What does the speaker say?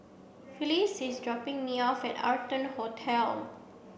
Phylis is dropping me off at Arton Hotel